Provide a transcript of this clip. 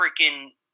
freaking